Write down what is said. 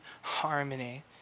harmony